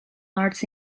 arts